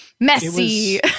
Messy